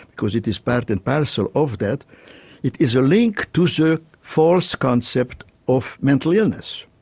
because it is part and parcel of that it is a link to the false concept of mental illness.